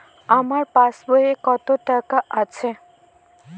আমার পাসবই এ কত টাকা আছে?